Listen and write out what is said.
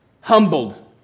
humbled